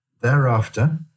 Thereafter